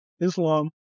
Islam